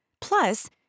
Plus